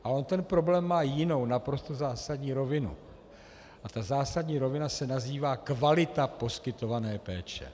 A on ten problém má jinou, naprosto zásadní rovinu a ta zásadní rovina se nazývá kvalita poskytované péče.